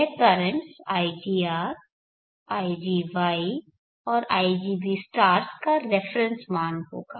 यह currents igR igY और igB stars का रेफरेन्स मान होगा